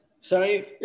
Sorry